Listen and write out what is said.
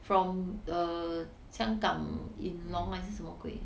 from err 香港 in longan 还是什么鬼